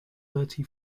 thirty